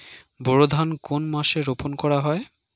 বোরো ধান কোন মাসে রোপণ করা হয়?